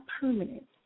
permanent